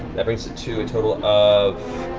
that brings it to a total of